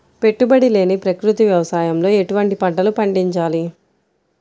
పెట్టుబడి లేని ప్రకృతి వ్యవసాయంలో ఎటువంటి పంటలు పండించాలి?